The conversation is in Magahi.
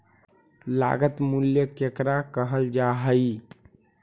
लागत मूल्य केकरा कहल जा हइ?